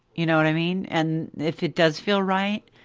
you know what i mean. and if it does feel right,